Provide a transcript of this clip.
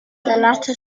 latter